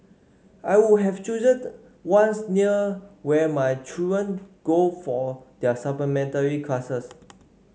I would have chosen ones near where my children go for their supplementary classes